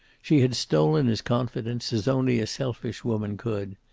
she had stolen his confidence, as only a selfish woman could.